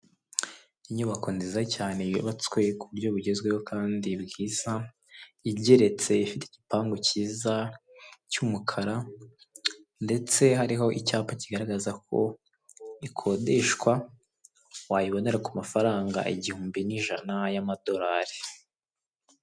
Inyubako nziza cyane yubatswe ku buryo bugezweho kandi bwiza, igeretse, ifite igipangu cyiza cy'umukara ndetse hariho icyapa kigaragaza ko bikodeshwa, wayibonera ku mafaranga igihumbi n'ijana y'amadolari.